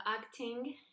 acting